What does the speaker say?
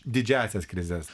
didžiąsias krizes